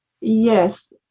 Yes